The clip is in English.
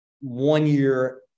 one-year